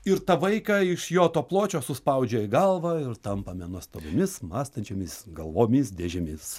ir tą vaiką iš jo to pločio suspaudžia į galvą ir tampame nuostabiomis mąstančiomis galvomis dėžėmis